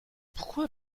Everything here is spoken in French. pourquoi